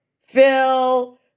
Phil